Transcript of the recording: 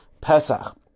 Pesach